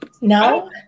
No